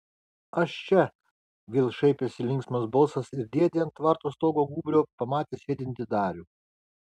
aš čia vėl šaipėsi linksmas balsas ir dėdė ant tvarto stogo gūbrio pamatė sėdintį darių